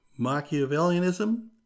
Machiavellianism